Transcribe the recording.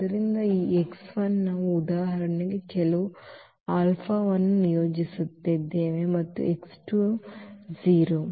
ಆದ್ದರಿಂದ ಈ x 1 ನಾವು ಉದಾಹರಣೆಗೆ ಕೆಲವು ಆಲ್ಫಾವನ್ನು ನಿಯೋಜಿಸುತ್ತಿದ್ದೇವೆ ಮತ್ತು x 2 0